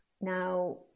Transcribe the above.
Now